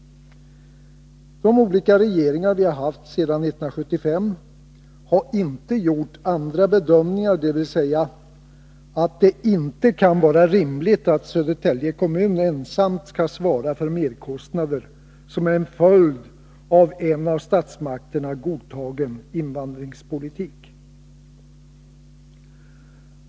De olika regeringar vi haft sedan 1975 har inte gjort andra bedömningar utan ansett att det inte kan vara rimligt att Södertälje kommun ensam skall svara för merkostnader som är en följd av en av statsmakterna godtagen invandringspolitik.